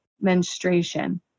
menstruation